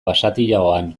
basatiagoan